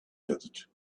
desert